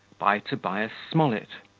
by tobias smollett